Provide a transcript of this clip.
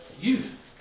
youth